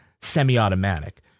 semi-automatic